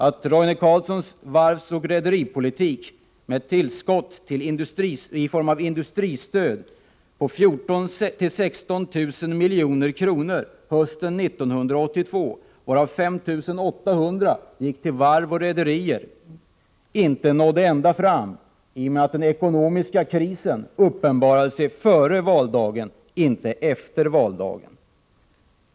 Och Roine Carlssons varvsoch rederipolitik, med tillskott i form av industristöd på 14 000-16 000 milj.kr. hösten 1982 — varav 5 800 till varv och rederier — nådde inte ända fram, i och med att den ekonomiska krisen uppenbarade sig före valdagen, inte efter.